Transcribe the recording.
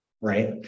right